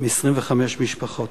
מ-25 משפחות.